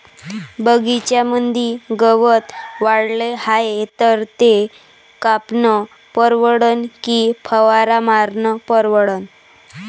बगीच्यामंदी गवत वाढले हाये तर ते कापनं परवडन की फवारा मारनं परवडन?